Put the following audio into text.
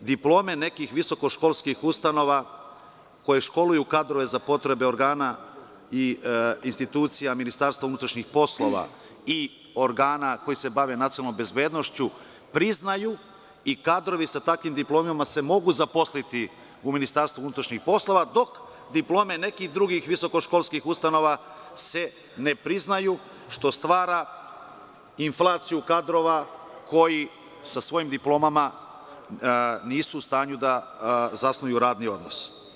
diplome nekih visokoškolskih ustanova koje školuju kadrove za potrebe organa i institucija Ministarstva unutrašnjih poslova i organa koji se bave nacionalnom bezbednošću priznaju i kadrovi sa takvim diplomama se mogu zaposliti u Ministarstvu unutrašnjih poslova, dok diplome nekih drugih visokoškolskih ustanova se ne priznaju, što stvara inflaciju kadrova koji sa svojim diplomama nisu u stanju da zasnuju radni odnos.